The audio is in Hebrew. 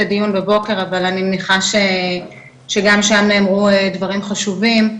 הדיון בבוקר אבל אני מניחה שגם שם נאמרו דברים חשובים.